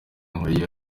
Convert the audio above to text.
nkurikiye